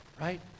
Right